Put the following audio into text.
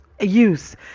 use